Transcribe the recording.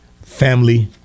family